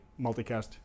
multicast